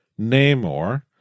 Namor